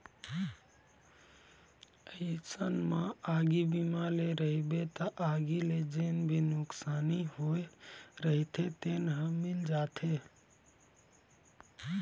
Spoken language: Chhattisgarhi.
अइसन म आगी बीमा ले रहिबे त आगी ले जेन भी नुकसानी होय रहिथे तेन ह मिल जाथे